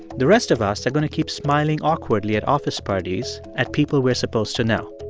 the rest of us are going to keep smiling awkwardly at office parties at people we're supposed to know.